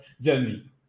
journey